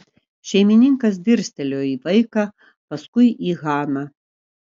šeimininkas dirstelėjo į vaiką paskui į haną